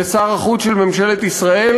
לשר החוץ של ממשלת ישראל?